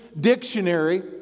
dictionary